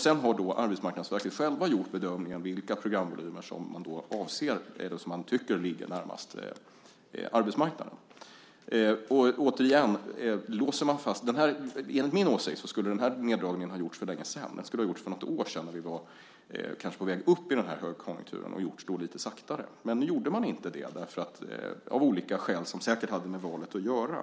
Sedan har man på Arbetsmarknadsverket självt gjort bedömningen av vilka programvolymer man tycker ligger närmast arbetsmarknaden. Enligt min åsikt skulle denna neddragning ha gjorts för längesedan. Kanske skulle den ha gjorts för något år sedan när vi var på väg uppåt i högkonjunkturen och då också gjorts lite saktare. Nu gjorde man inte det av olika skäl som säkert hade med valet att göra.